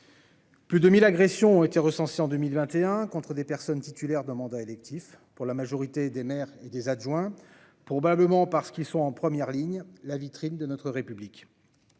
Plus de 1000 agressions ont été recensées en 2021 contre des personnes titulaires de mandats électifs pour la majorité des maires et des adjoints, probablement par ceux qui sont en première ligne, la vitrine de notre République,